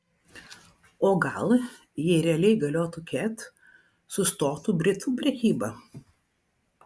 o gal jei realiai galiotų ket sustotų britvų prekyba